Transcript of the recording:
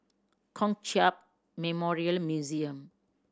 Kong Hiap Memorial Museum